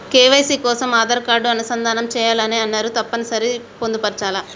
KYC కోసం Aadhaar card అనుసంధానం చేయాలని అన్నరు తప్పని సరి పొందుపరచాలా?